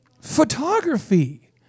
photography